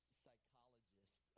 psychologist